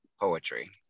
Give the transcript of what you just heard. poetry